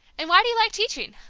and why do you like teaching?